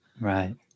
Right